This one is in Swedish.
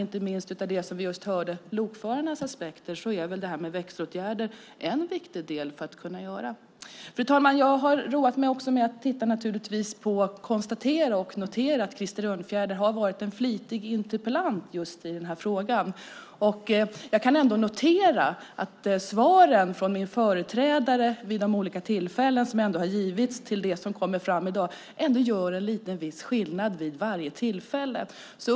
Inte minst med tanke på det vi just hörde om lokförarnas aspekter är väl detta med växelåtgärder en viktig del att vidta. Fru talman! Jag har också roat mig med att konstatera och notera att Krister Örnfjäder har varit en flitig interpellant i just den här frågan. Jag noterar att svaren från min företrädare gör en viss skillnad vid varje tillfälle fram till i dag.